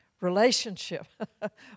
relationship